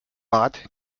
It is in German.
bad